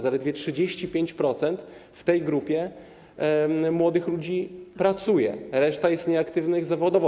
Zaledwie 35% w grupie młodych ludzi pracuje, reszta jest nieaktywna zawodowo.